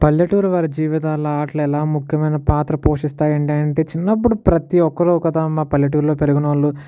పల్లెటూరి వారి జీవితాలు ఆటలు ఎలా ముఖ్యమైన పాత్ర పోషిస్తాయి అంటే అండి చిన్నప్పుడు ప్రతి ఒక్కరూ కదా మా పల్లెటూర్లో పెరిగిన వాళ్ళు